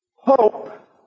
Hope